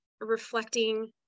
reflecting